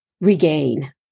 regain